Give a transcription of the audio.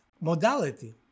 modality